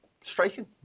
striking